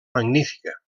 magnífica